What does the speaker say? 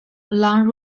along